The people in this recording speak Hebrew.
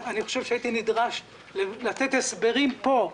אני חושב שהייתי נדרש לתת הסברים פה,